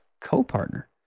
co-partner